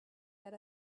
that